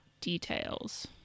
details